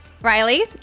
Riley